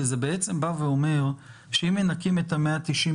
כי זה בא ואומר שאם מנכים את ה-190